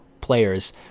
players